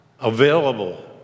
available